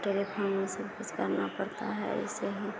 telephone में सब कुछ करना पड़ता है ऐसे ही